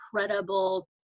incredible